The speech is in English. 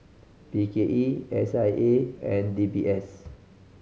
B K E S I A and D B S